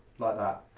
like that.